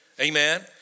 Amen